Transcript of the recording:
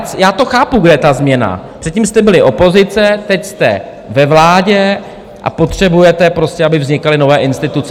A já to chápu, kde ta změna: Předtím jste byli opozice, teď jste ve vládě a potřebujete prostě, aby vznikaly nové instituce.